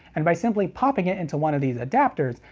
and by simply popping it into one of these adapters,